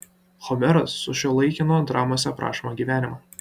homeras sušiuolaikino dramose aprašomą gyvenimą